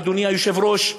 אדוני היושב-ראש,